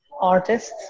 artists